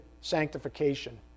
sanctification